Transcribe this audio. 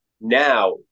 now